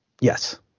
Yes